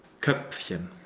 Köpfchen